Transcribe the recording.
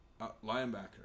linebacker